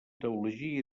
teologia